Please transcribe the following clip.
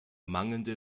mangelnde